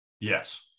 Yes